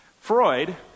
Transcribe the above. Freud